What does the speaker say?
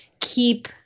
keep